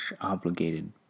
obligated